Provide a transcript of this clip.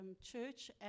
church